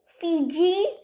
Fiji